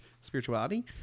spirituality